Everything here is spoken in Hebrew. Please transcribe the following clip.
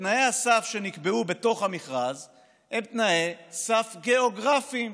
ותנאי הסף שנקבעו בתוך המכרז הם תנאי סף גיאוגרפיים.